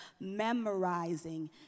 memorizing